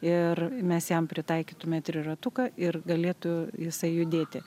ir mes jam pritaikytume triratuką ir galėtų jisai judėti